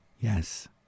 Yes